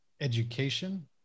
education